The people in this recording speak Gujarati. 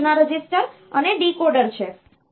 એક સૂચના રજીસ્ટર અને ડીકોડર છે